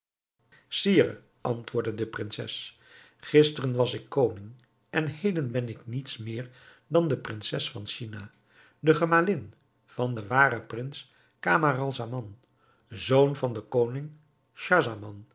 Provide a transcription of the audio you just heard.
sire antwoordde de prinses gisteren was ik koning en heden ben ik niets meer dan de prinses van china de gemalin van den waren prins camaralzaman zoon van den koning